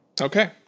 Okay